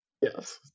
Yes